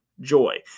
joy